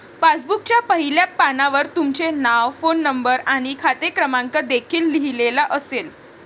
पासबुकच्या पहिल्या पानावर तुमचे नाव, फोन नंबर आणि खाते क्रमांक देखील लिहिलेला असेल